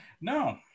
no